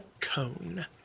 cone